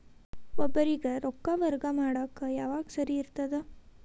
ಒಬ್ಬರಿಗ ರೊಕ್ಕ ವರ್ಗಾ ಮಾಡಾಕ್ ಯಾವಾಗ ಸರಿ ಇರ್ತದ್?